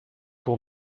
pour